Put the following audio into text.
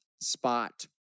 spot